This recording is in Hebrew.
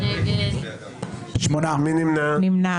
מי נמנע?